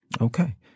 Okay